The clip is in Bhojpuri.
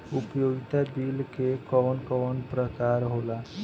उपयोगिता बिल के कवन कवन प्रकार होला?